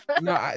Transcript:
no